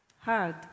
Hard